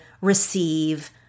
receive